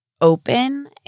open